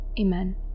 Amen